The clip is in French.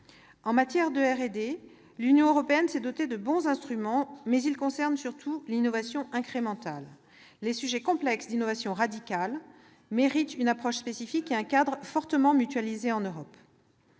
En matière de R&D, l'Union européenne s'est dotée de bons instruments, mais ils concernent surtout l'innovation incrémentale. Les sujets complexes d'innovation radicale méritent une approche spécifique et un cadre fortement mutualisé en Europe.